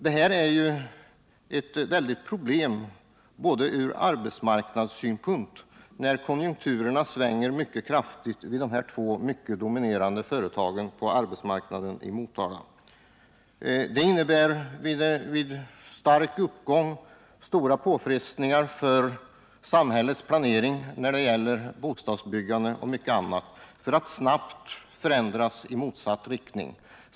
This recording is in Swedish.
Detta är ju ett väldigt problem ur arbetsmarknadssynpunkt, när konjunkturen svänger mycket kraftigt vid dessa två dominerande företag på arbetsmarknaden i Motala. Det innebär vid stark uppgång stora påfrestningar för samhällets planering när det gäller bostadsbyggande och mycket annat som snabbt måste förändras.